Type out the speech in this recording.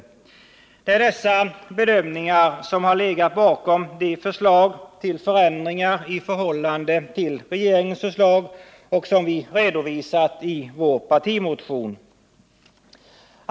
Det är dessa bedömningar som har legat bakom de förslag till förändringar i förhållande till regeringens förslag som vi har redovisat i vår partimotion.